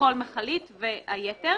לכל מכלית והיתר.